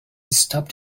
stopped